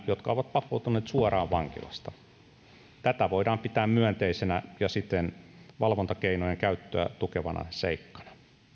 jotka ovat vapautuneet suoraan vankilasta tätä voidaan pitää myönteisenä ja siten valvontakeinojen käyttöä tukevana seikkana